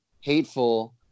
hateful